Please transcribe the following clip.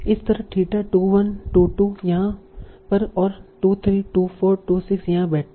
इसी तरह थीटा 2 1 2 2 यहाँ पर और 2 3 2 4 2 6 यहाँ बैठते हैं